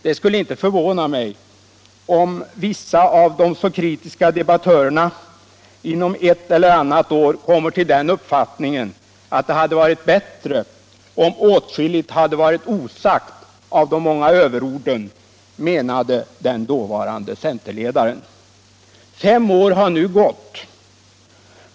Det skulle inte förvåna mig om vissa av de så kritiska debattörerna inom ett eller annat år kommer till den uppfattningen att det hade varit bättre om åtskilligt hade varit osagt av de många överorden, menade den dåvarande centerledaren. Fem år har nu gått.